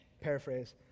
Paraphrase